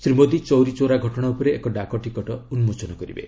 ଶ୍ରୀ ମୋଦୀ ଚୌରୀ ଚୌରା ଘଟଣା ଉପରେ ଏକ ଡାକଟିକଟ ଉନ୍କୋଚନ କରିବେ